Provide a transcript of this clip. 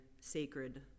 sacred